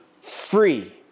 free